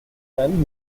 and